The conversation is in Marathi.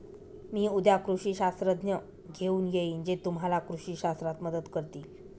मी उद्या कृषी शास्त्रज्ञ घेऊन येईन जे तुम्हाला कृषी शास्त्रात मदत करतील